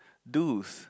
do's